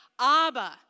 Abba